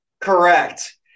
Correct